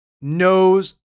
knows